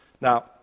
Now